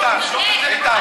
איתן, איתן,